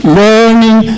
learning